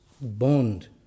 bond